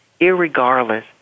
irregardless